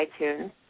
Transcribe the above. iTunes